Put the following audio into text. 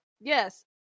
Yes